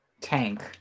Tank